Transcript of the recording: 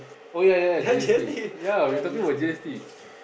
oh ya ya ya G_S_T ya we were talking about G_S_T